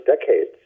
decades